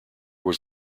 was